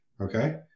Okay